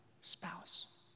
spouse